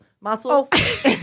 muscles